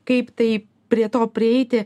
kaip tai prie to prieiti